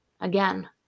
again